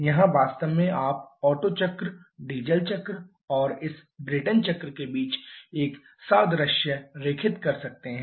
यहां वास्तव में आप ओटो चक्र डीजल चक्र और इस ब्रेटन चक्र के बीच एक सादृश्य रेखित कर सकते हैं